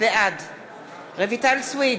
בעד רויטל סויד,